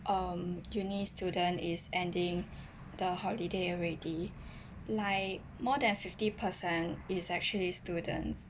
um uni student is ending the holiday already like more than fifty percent is actually students